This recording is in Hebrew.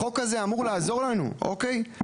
החוק הזה אמור לעזור לנו, אוקיי?